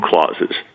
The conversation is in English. clauses